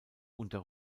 unter